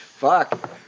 Fuck